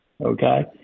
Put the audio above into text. okay